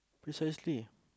precisely